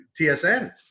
TSN